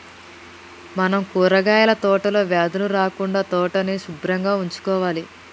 మనం కూరగాయల తోటలో వ్యాధులు రాకుండా తోటని సుభ్రంగా ఉంచుకోవాలి